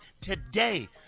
today